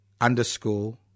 underscore